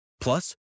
Plus